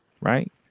right